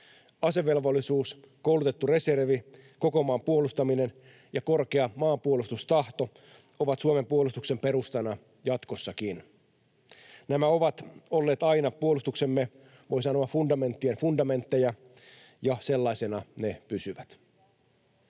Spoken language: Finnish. Asevelvollisuus, koulutettu reservi, koko maan puolustaminen ja korkea maanpuolustustahto ovat Suomen puolustuksen perustana jatkossakin. Nämä ovat olleet aina puolustuksemme, voi sanoa, fundamenttien fundamentteja, ja sellaisina ne pysyvät.